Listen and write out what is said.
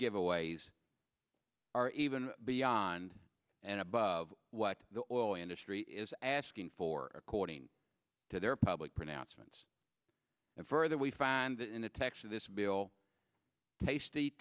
giveaways are even beyond and above what the oil industry is asking for according to their public pronouncements and further we find that in the text of this bill tasty